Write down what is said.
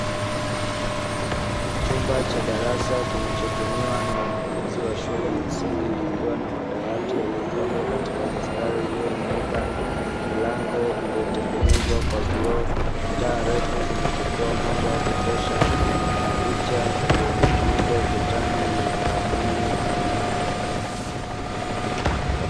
Chumba cha darasa kinachotumiwa na wanafunzi wa shule ya msingi kukiwa na madawati yaliyopangwa katika mistari iliyonyooka, milango iliyotengenezwa kwa vioo, taa refu zinazotoa mwanga wa kutosha na picha iliyo ning'inizwa ukutani yenye ramani ya dunia.